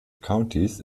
countys